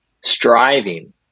Striving